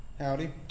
Howdy